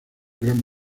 gran